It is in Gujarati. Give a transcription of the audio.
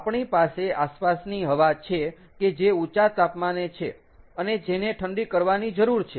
આપણી પાસે આસપાસની હવા છે કે જે ઊંચા તાપમાને છે અને જેને ઠંડી કરવાની જરૂર છે